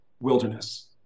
wilderness